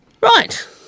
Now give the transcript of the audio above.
Right